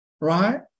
right